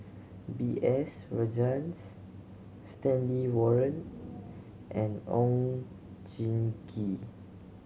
B S Rajhans Stanley Warren and Oon Jin Gee